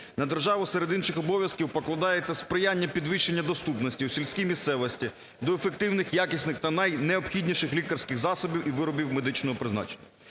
на державу серед інших обов'язків покладається сприяння підвищення доступності у сільській місцевості до ефективних, якісних та найнеобхідніших лікарських засобів і виробів медичного призначення.